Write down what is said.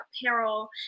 apparel